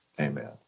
Amen